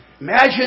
Imagine